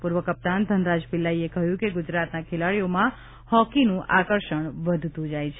પૂર્વ કપ્તાન ધનરાજ પિલ્લાઈએ કહ્યું કે ગુજરાતના ખેલાડીઓમાં હોકીનું આકર્ષણ વધતું જાય છે